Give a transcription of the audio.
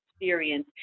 experience